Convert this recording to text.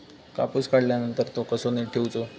कापूस काढल्यानंतर तो कसो नीट ठेवूचो?